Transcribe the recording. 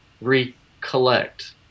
recollect